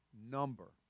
number